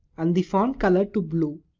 and the font color to blue.